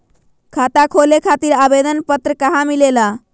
खाता खोले खातीर आवेदन पत्र कहा मिलेला?